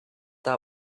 that